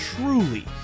truly